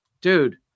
Dude